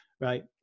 right